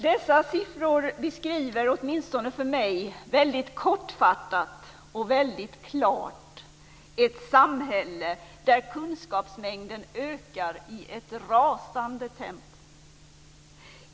Dessa siffror beskriver, åtminstone för mig, väldigt kortfattat och väldigt klart ett samhälle där kunskapsmängden ökar i ett rasande tempo.